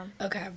okay